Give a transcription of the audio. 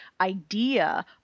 idea